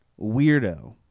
weirdo